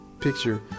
picture